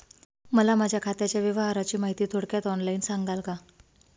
मला माझ्या खात्याच्या व्यवहाराची माहिती थोडक्यात ऑनलाईन सांगाल का?